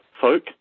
folk